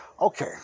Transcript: okay